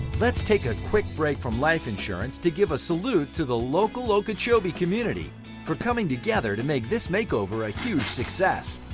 let's take a quick break from life insurance to give a salute to the local okeechobee community for coming together to make this makeover a huge success.